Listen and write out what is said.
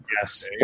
Yes